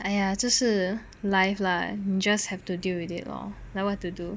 !aiya! 这是 life lah just have to deal with it lor like what to do